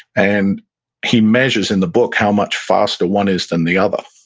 and he measures in the book how much faster one is than the other.